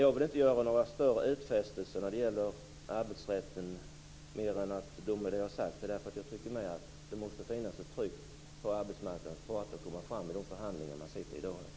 Jag vill inte göra några större utfästelser när det gäller arbetsrätten mer än de som jag har talat om, för jag tycker att det måste finnas ett tryck på arbetsmarknadens parter att komma framåt i de förhandlingar som nu pågår.